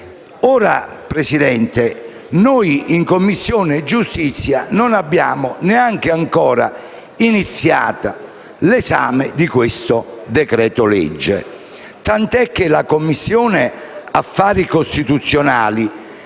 Presidente, in Commissione giustizia non abbiamo neanche iniziato l'esame del decreto-legge, tant'è che la Commissione affari costituzionali,